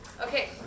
Okay